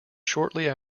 shortly